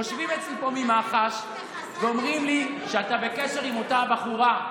יושבים אצלי פה ממח"ש ואומרים לי שאתה בקשר עם אותה בחורה.